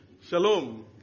Shalom